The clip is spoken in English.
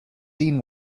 dean